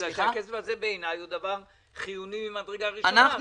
בגלל שהכסף הזה בעיניי חיוני ממדרגה ראשונה,